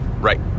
Right